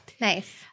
Nice